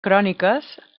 cròniques